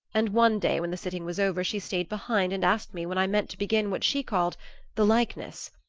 and one day when the sitting was over she stayed behind and asked me when i meant to begin what she called the likeness.